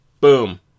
Boom